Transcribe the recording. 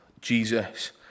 Jesus